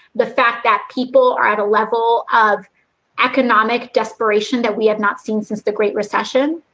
the fact that people are at a level of economic desperation that we have not seen since the great recession?